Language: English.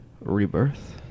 rebirth